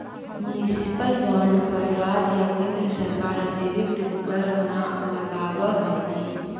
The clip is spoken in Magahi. मुनिसिपल बॉन्ड पर राज्य या केन्द्र सरकार अतिरिक्त कर न लगावऽ हइ